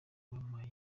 bampaye